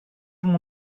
μου